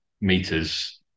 meters